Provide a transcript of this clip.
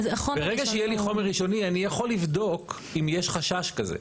ברגע שיהיה לי חומר ראשוני אני יכול לבדוק אם יש חשש כזה.